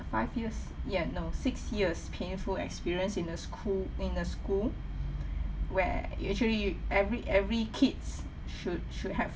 five years ya no six years painful experience in a school in a school where you actually every every kids should should have